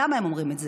למה הם אומרים את זה?